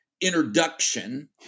introduction